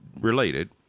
related